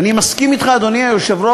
אני מסכים אתך, אדוני היושב-ראש,